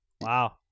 Wow